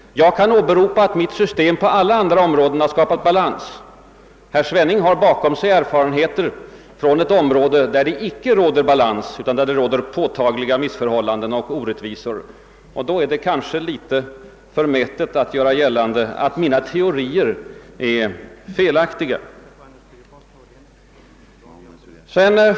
Jag kan åberopa att mitt system på alla andra områden har skapat balans. Herr Svenning har bakom sig erfarenheter från ett område där det icke råder balans utan påtagliga missförhållanden och orättvisor. Då är det väl litet förmätet att göra gällande att mina teorier är felaktiga.